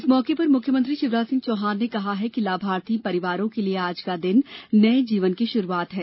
इस मौके पर मुख्यमंत्री शिवराज सिंह चौहान ने कहा कि लाभार्थी परिवारों के लिए आज का दिन नए जीवन की शुरूआत है